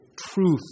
truth